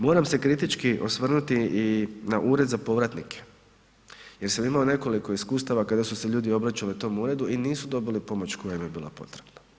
Moram se kritički osvrnuti i na Ured za povratnike jer sam imao nekoliko iskustava kada su se ljudi obraćali tom uredu i nisu dobili pomoć koja im je bila potrebna.